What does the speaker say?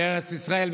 בארץ ישראל,